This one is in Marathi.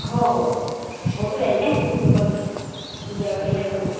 हो हो होऊन जाईल ना मी मग पूजा हे करू